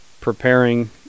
preparing